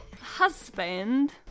Husband